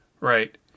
right